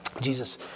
Jesus